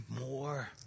more